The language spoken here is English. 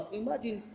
imagine